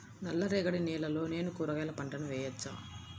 నల్ల రేగడి నేలలో నేను కూరగాయల పంటను వేయచ్చా?